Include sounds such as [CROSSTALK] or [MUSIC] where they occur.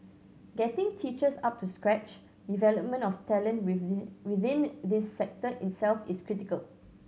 getting teachers up to scratch [UNINTELLIGIBLE] of talent with the within this sector itself is critical